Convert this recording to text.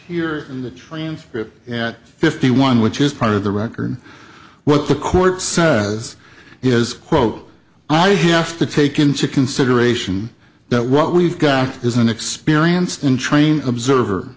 here in the trains at fifty one which is part of the record what the court says is quote i have to take into consideration that what we've got is an experience in train observer